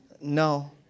No